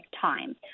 time